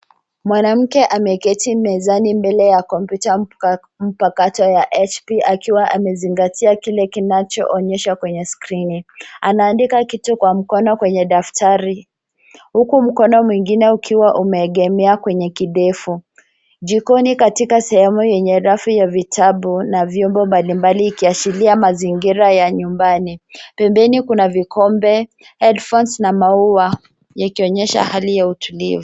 Mwanamke ameketi mezani mbele ya kompyuta pakato ya Hp akiwa amezingatia kile kinacho onyesha kwenye skrini. Anaandika kitu kwa mikono kwenye daftari huku mkono mwingine ukiwa kimeekemea kwenye kindefu. Jikoni katika sehemu enye rafu ya vitabu na vyombo mbali mbali ikiashiria mazingira ya nyumbani. Pembeni kuna vikombe headphones na mau yakionyesha hali ya utulivu.